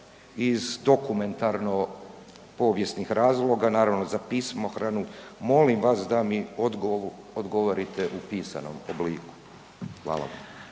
iz dokumentarno-povijesnih razloga naravno za pismohranu, molim vas da mi odgovorite u pisanom obliku. Hvala.